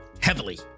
heavily